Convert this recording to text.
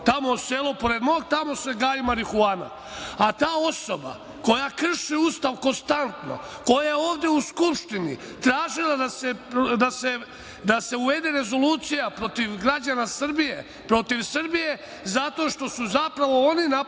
tamo selo pored mog, tamo se gaji marihuana. Ta osoba koja krši Ustav konstantno, koja ovde u Skupštini tražila da se uvede rezolucija protiv građana Srbije, protiv Srbije zato što su zapravo oni napravili